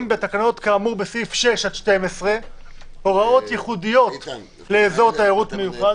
בתקנות כאמור בסעיפים 6 עד 12 הוראות ייחודיות לאזור תיירות מיוחד,